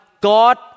God